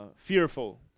fearful